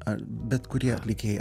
ar bet kurie atlikėjai